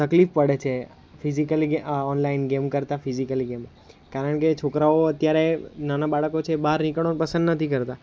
તકલીફ પડે છે ફિઝિકલી ગે ઓનલાઇન ગેમ કરતાં ફિઝિકલી ગેમ કારણ કે છોકરાઓ અત્યારે નાના બાળકો છે બહાર નીકળવાનું પસંદ નથી કરતા